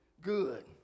good